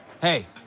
Hey